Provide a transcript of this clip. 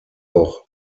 auch